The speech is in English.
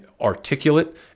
articulate